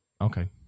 Okay